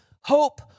Hope